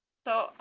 so,